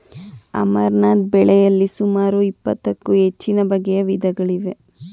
amaranth ಬೆಳೆಯಲಿ ಸುಮಾರು ಇಪ್ಪತ್ತಕ್ಕೂ ಹೆಚ್ಚುನ ಬಗೆಯ ವಿಧಗಳಿವೆ